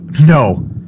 No